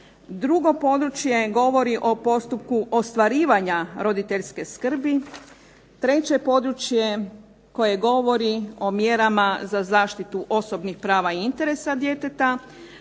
Drugo područje govori o postupku ostvarivanja roditeljske skrbi. Treće područje koje govori o mjerama za zaštitu osobnih prava i interesa djeteta.